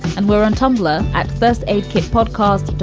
and we're on tumblr at first aid kit podcast,